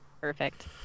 Perfect